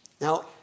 Now